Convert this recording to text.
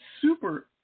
super